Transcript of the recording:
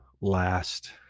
last